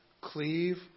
cleave